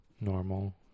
Normal